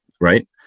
right